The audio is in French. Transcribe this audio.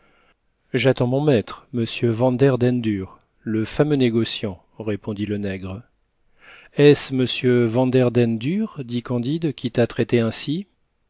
j'attends mon maître m vanderdendur le fameux négociant répondit le nègre est-ce m vanderdendur dit candide qui t'a traité ainsi